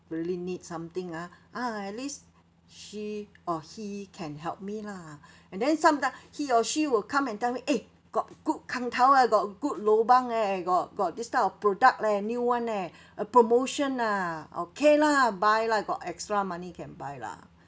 really need something ah ah at least she or he can help me lah and then sometime he or she will come and tell me eh got good kangtao eh got good lobang eh got got this type of product leh new [one] leh uh promotion ah okay lah buy lah got extra money can buy lah